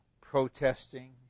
protesting